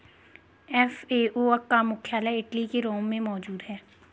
FAO का मुख्यालय Italy के रोम में मौजूद है